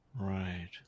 Right